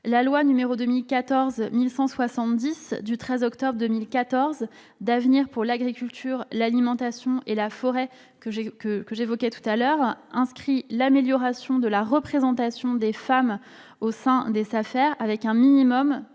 la loi n° 2014-1170 du 13 octobre 2014 d'avenir pour l'agriculture, l'alimentation et la forêt, que j'évoquais tout à l'heure, est inscrite l'amélioration de la représentation des femmes au sein des SAFER, les sociétés